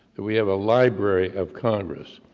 that we have a library of congress,